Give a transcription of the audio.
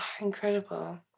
incredible